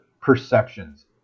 perceptions